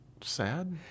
sad